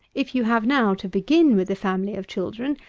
if you have now to begin with a family of children,